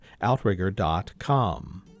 outrigger.com